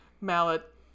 mallet